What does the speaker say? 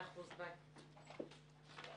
15:38.